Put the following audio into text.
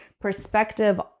perspective